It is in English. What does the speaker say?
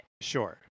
Sure